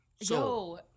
Yo